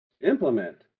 Implement